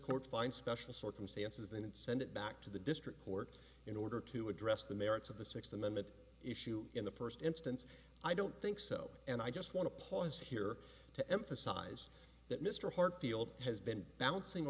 court find special circumstances then send it back to the district court in order to address the merits of the sixth amendment issue in the first instance i don't think so and i just want to pause here to emphasize that mr hartfield has been bouncing